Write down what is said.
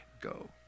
Go